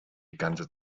ganze